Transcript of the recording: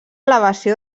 elevació